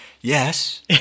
Yes